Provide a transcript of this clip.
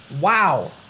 Wow